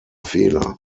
fehler